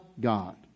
God